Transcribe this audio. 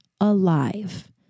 alive